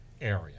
area